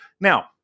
Now